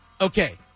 Okay